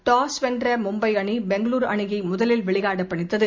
toss வென்ற மும்பை அணி பெங்களூரு அணியை முதலில் விளையாட பணித்தது